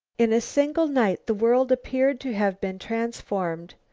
in a single night the world appeared to have been transformed.